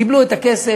קיבלו את הכסף,